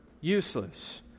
useless